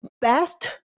best